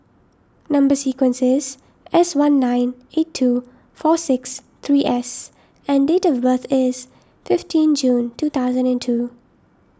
Number Sequence is S one nine eight two four six three S and date of birth is fifteen June two thousand and two